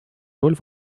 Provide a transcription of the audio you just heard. роль